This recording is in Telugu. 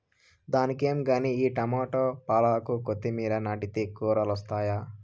దానికేం గానీ ఈ టమోట, పాలాకు, కొత్తిమీర నాటితే కూరలొస్తాయి